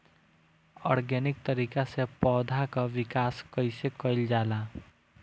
Organic तरीका से पौधा क विकास कइसे कईल जाला?